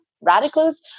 radicals